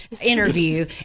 interview